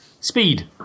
Speed